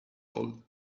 old